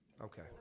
Okay